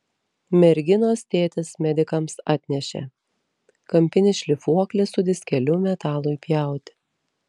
merginos tėtis medikams atnešė kampinį šlifuoklį su diskeliu metalui pjauti